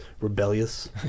rebellious